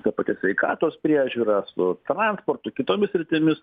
ta pačia sveikatos priežiūra su transportu kitomis sritimis